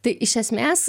tai iš esmės